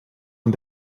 een